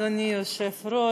אדוני היושב-ראש,